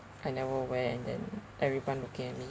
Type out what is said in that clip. I never wear and then everyone looking at me